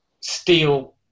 steal